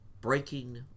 breaking